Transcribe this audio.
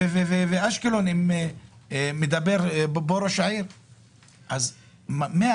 ואם מדבר פה ראש עיריית אשקלון,